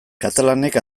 katalanek